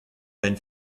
benn